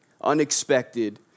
Unexpected